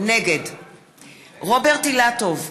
נגד רוברט אילטוב,